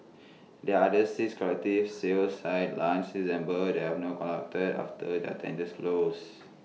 there are six collective sale sites launched since December that have not after their tenders closed